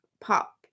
pop